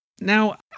Now